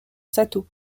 sato